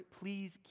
please